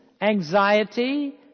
Anxiety